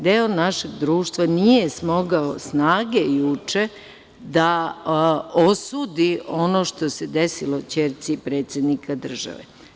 Deo našeg društva nije smogao snage juče da osudi ono što se desilo ćerci predsednika države.